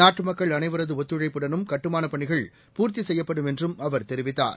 நாட்டு மக்கள் அனைவரது ஒத்துழைப்புடனும் கட்டுமானப் பணிகள் பூர்த்தி கெப்யப்படும் என்றும் அவர் தெரிவித்தார்